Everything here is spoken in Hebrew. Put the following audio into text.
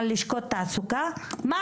חשוב לי לומר על ממשק העבודה שלנו עם